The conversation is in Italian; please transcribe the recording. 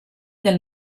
del